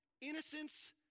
innocence